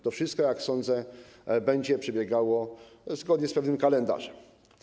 To wszystko, jak sądzę, będzie przebiegało zgodnie z pewnym kalendarzem.